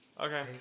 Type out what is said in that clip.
Okay